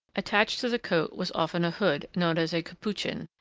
attached to the coat was often a hood, known as a capuchin,